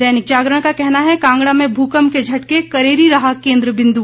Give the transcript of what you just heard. दैनिक जागरण का कहना है कांगड़ा में भूकंप के झटके करेरी रहा केंद्र बिंदु